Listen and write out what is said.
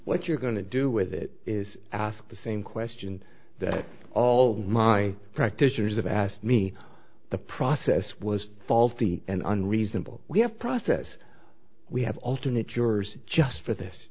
what you're going to do with it is ask the same question that all my practitioners of asked me the process was faulty and unreasonable we have process we have alternate jurors just for this